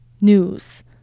News